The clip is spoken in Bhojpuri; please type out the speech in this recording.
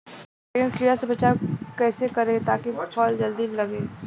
बैंगन के कीड़ा से बचाव कैसे करे ता की फल जल्दी लगे?